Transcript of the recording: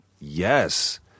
Yes